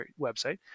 website